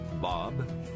Bob